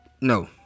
no